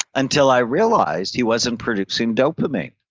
until i realized he wasn't producing dopamine.